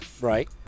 Right